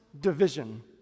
division